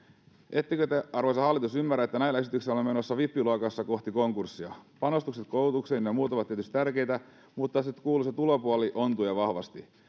ettekö te arvoisa hallitus ymmärrä että näillä esityksillä ollaan menossa vippiluokassa kohti konkurssia panostukset koulutukseen ynnä muuta ovat tietysti tärkeitä mutta se kuuluisa tulopuoli ontuu ja vahvasti